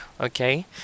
Okay